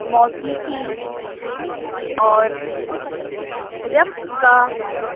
موسیقی اور رقص کا